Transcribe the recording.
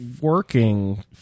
working